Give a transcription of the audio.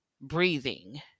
breathing